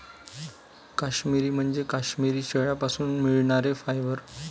काश्मिरी म्हणजे काश्मिरी शेळ्यांपासून मिळणारे फायबर